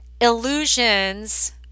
illusions